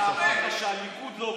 אתה אמרת שהליכוד לא פה.